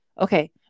okay